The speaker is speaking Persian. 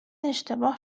اشتباه